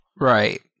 Right